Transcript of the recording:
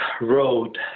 road